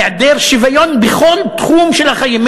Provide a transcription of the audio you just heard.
מהיעדר שוויון בכל תחום של החיים,